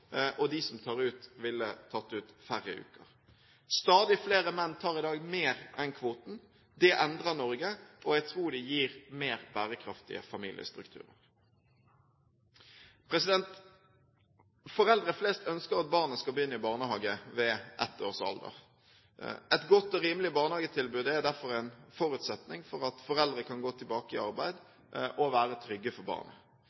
og de som tar ut, ville tatt ut færre uker. Stadig flere menn tar i dag mer enn kvoten. Det endrer Norge, og jeg tror det gir mer bærekraftige familiestrukturer. Foreldre flest ønsker at barnet skal begynne i barnehage ved ettårsalder. Et godt og rimelig barnehagetilbud er derfor en forutsetning for at foreldre kan gå tilbake i arbeid og være trygge for barnet.